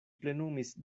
plenumis